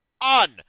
on